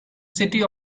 city